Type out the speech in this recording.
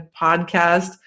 podcast